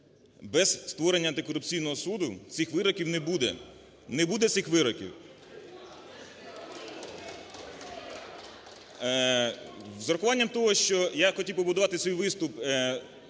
без створення Антикорупційного суду цих вироків не буде. Не буде цих вироків! (Шум у залі) З урахуванням того, що я хотів побудувати свій виступ,